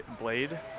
blade